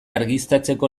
argiztatzeko